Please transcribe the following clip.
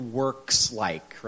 works-like